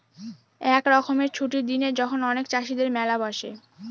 এক রকমের ছুটির দিনে যখন অনেক চাষীদের মেলা বসে